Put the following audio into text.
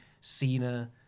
Cena